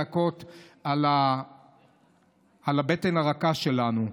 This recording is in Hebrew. להכות על הבטן הרכה שלנו.